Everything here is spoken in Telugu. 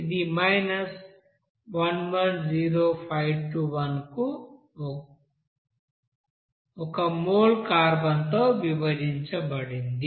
ఇది 110521 కు 1 మోల్ కార్బన్తో విభజించబడింది